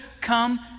come